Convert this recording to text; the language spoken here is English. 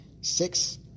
Six